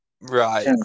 right